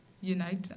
unite